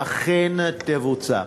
ואכן תבוצע.